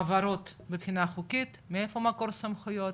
הבהרות מבחינה חוקית, מאיפה מקור סמכויות.